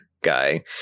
guy